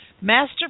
Master